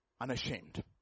unashamed